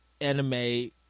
anime